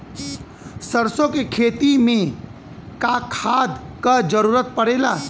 सरसो के खेती में का खाद क जरूरत पड़ेला?